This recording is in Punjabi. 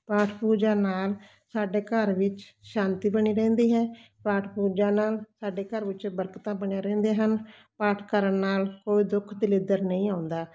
ਪਾਠ ਪੂਜਾ ਨਾਲ ਸਾਡੇ ਘਰ ਵਿੱਚ ਸ਼ਾਂਤੀ ਬਣੀ ਰਹਿੰਦੀ ਹੈ ਪਾਠ ਪੂਜਾ ਨਾਲ ਸਾਡੇ ਘਰ ਵਿੱਚ ਬਰਕਤਾਂ ਬਣਿਆ ਰਹਿੰਦੇ ਹਨ ਪਾਠ ਕਰਨ ਨਾਲ ਕੋਈ ਦੁੱਖ ਦਲਿੱਦਰ ਨਹੀਂ ਆਉਂਦਾ